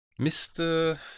Mr